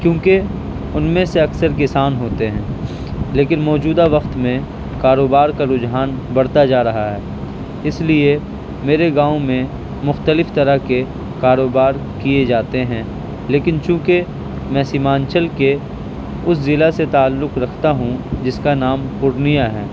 کیوں کہ ان میں سے اکثر کسان ہوتے ہیں لیکن موجودہ وقت میں کاروبار کا بھی رجحان بڑھتا جا رہا ہے اس لیے میرے گاؤں میں مختلف طرح کے کاروبار کیے جاتے ہیں لیکن چوں کہ میں سیمانچل کے اس ضلع سے تعلق رکھتا ہوں جس کا نام پورنیہ ہے